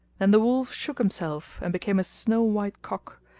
then the wolf shook himself and became a snow white cock,